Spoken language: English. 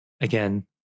again